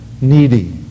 needy